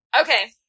Okay